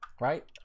right